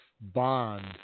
bond